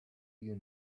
you